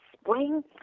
spring